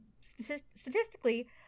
statistically